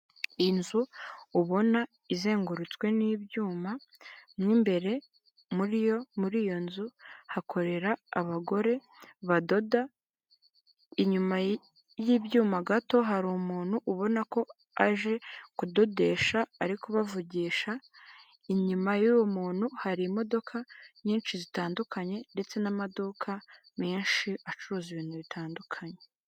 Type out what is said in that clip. Inzu ubona izengurutswe n'ibyuma, mo imbere muri iyo nzu hakorera abagore badoda, inyuma y'ibyuma gato hari umuntu ubona ko aje kudodesha ari kubavugisha, inyuma y'uwo muntu hari imodoka nyinshi zitandukanye ndetse n'amaduka menshi acuruza ibintu bitandukanye.